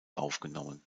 aufgenommen